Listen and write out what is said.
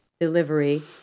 delivery